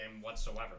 whatsoever